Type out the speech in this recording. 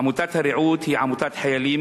עמותת "הרעות" היא עמותת חיילים,